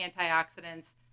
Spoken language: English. antioxidants